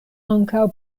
ankaŭ